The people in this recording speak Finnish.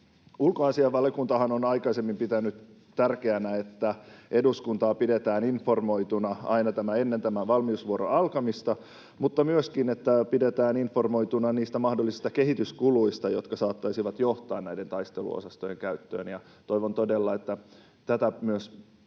Ulkoasiainvaliokuntahan on aikaisemmin pitänyt tärkeänä, että eduskuntaa pidetään informoituna aina ennen tämän valmiusvuoron alkamista, mutta pidetään informoituna myöskin niistä mahdollisista kehityskuluista, jotka saattaisivat johtaa näiden taisteluosastojen käyttöön. Toivon todella, että tätä myös